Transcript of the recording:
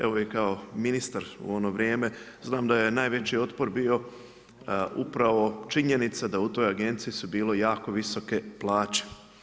Evo i kao ministar u ono vrijeme znam da je najveći otpor bio upravo činjenica da u toj agenciji su bile jako visoke plaće.